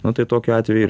nu tai tokiu atveju ir